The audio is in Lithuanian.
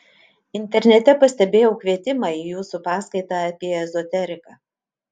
internete pastebėjau kvietimą į jūsų paskaitą apie ezoteriką